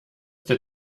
der